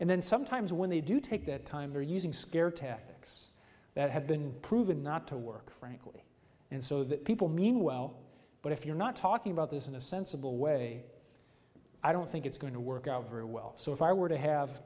and then sometimes when they do take that time they're using scare tactics that have been proven not to work frankly and so that people mean well but if you're not talking about this in a sensible way i don't think it's going to work out very well so if i were to have